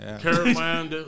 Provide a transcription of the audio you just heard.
Carolina